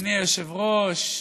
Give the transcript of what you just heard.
אדוני היושב-ראש,